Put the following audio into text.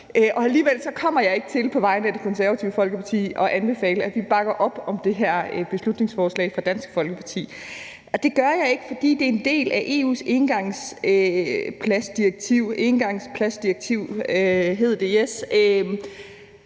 Alligevel kommer jeg ikke til på vegne af Det Konservative Folkeparti at anbefale, at vi bakker op om det her beslutningsforslag fra Dansk Folkeparti. Det gør jeg ikke, fordi det er en del af EU's engangsplastikdirektiv, og det er